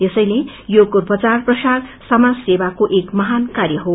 यसैले योगको प्रचार प्रसार समाज सेवाको एक महान कार्यहो